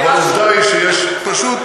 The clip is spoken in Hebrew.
אבל העובדה היא שיש פשוט,